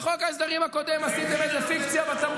למה אתה אומר אף אחד?